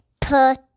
put